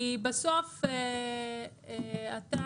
כי בסוף אתה,